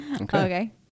Okay